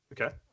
Okay